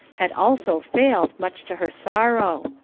had also failed, much to her sorrow.